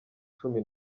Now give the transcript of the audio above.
cumi